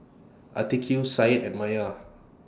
Atiqah Said and Maya